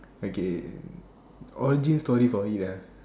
okay origin story for me lah